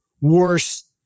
Worse